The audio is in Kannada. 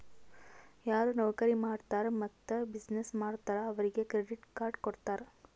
ಯಾರು ನೌಕರಿ ಮಾಡ್ತಾರ್ ಮತ್ತ ಬಿಸಿನ್ನೆಸ್ ಮಾಡ್ತಾರ್ ಅವ್ರಿಗ ಕ್ರೆಡಿಟ್ ಕಾರ್ಡ್ ಕೊಡ್ತಾರ್